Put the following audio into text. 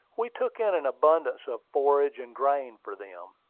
we took in an abundance of forage and grain for them.